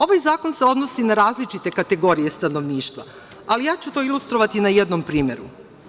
Ovaj zakon se odnosi na različite kategorije stanovništva, ali ilustrovaću na jednom primeru.